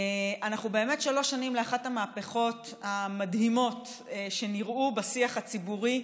אנחנו באמת שלוש שנים מאחת המהפכות המדהימות שנראו בשיח הציבורי,